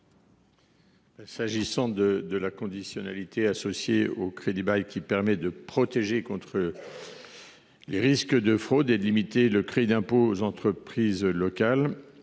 S’agissant de la conditionnalité associée au crédit bail, qui permet de protéger contre les risques de fraude et de limiter le crédit d’impôt aux entreprises locales